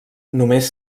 només